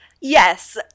Yes